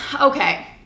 okay